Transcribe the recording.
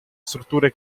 strutture